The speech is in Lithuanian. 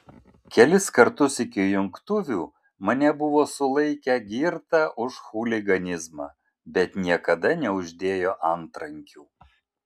kelis kartus iki jungtuvių mane buvo sulaikę girtą už chuliganizmą bet niekada neuždėjo antrankių